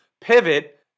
pivot